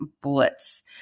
bullets